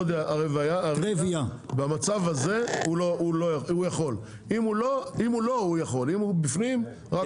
הוא לא, הוא יכול, אם הוא בפנים רק אופקי.